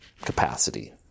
capacity